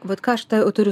vat ką aš turiu